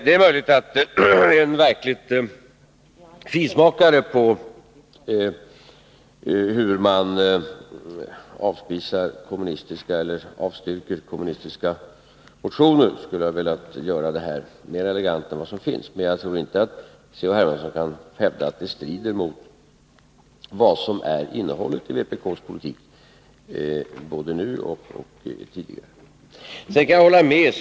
Det är möjligt att en verklig finsmakare på hur man avstyrker kommunistiska motioner skulle ha velat göra det mera elegant än jag, men jag tror inte att C.-H. Hermansson kan hävda att detta strider mot vad som är innehållet i vpk:s politik, både nu och tidigare. Jag kan hålla med C.-H.